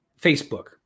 Facebook